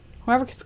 whoever